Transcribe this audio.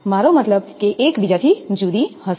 મારો મતલબ કે એક બીજાથી જુદી હશે